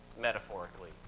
metaphorically